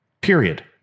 period